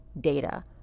data